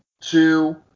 two